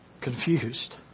confused